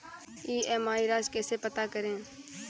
EMI राशि कैसे पता करें?